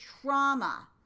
trauma